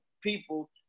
people